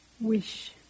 wish